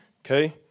okay